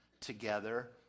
together